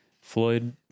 Floyd